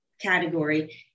category